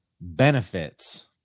benefits